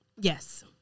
Yes